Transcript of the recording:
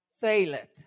faileth